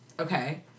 Okay